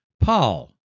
Paul